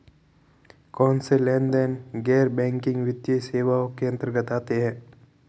कौनसे लेनदेन गैर बैंकिंग वित्तीय सेवाओं के अंतर्गत आते हैं?